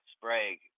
Sprague